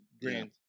Grand